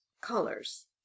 colors